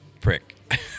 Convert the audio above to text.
prick